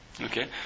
Okay